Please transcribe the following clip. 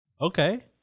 Okay